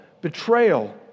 betrayal